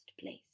place